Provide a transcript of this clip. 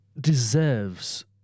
deserves